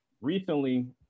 recently